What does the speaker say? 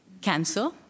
cancer